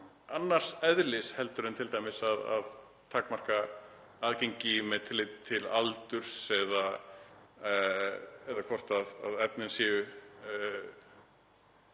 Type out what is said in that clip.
annars eðlis heldur en t.d. að takmarka aðgengi með tilliti til aldurs eða hvort efni séu